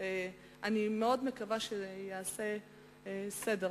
אני מאוד מקווה שייעשה סדר